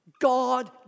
God